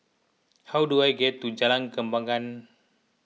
how do I get to Jalan Kembangan